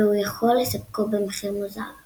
והוא יכול לספקו במחיר מוזל.